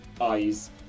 Eyes